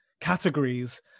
categories